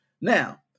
Now